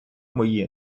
мої